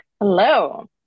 Hello